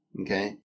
Okay